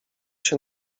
się